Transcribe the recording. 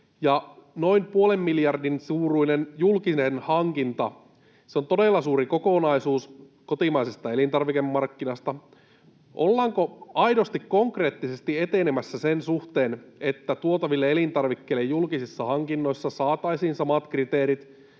Noin puolen miljardin suuruinen julkinen hankinta on todella suuri kokonaisuus kotimaisesta elintarvikemarkkinasta. Ollaanko aidosti, konkreettisesti etenemässä sen suhteen, että julkisissa hankinnoissa tuotaville elintarvikkeille saataisiin samat kriteerit